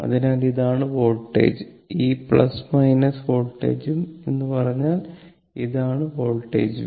അതിനാൽ ഇതാണ് വോൾട്ടേജ് ഈ വോൾട്ടേജും എന്ന് പറഞ്ഞാൽ ഇതാണ് വോൾട്ടേജ് v